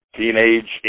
Teenage